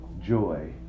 joy